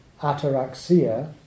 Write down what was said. ataraxia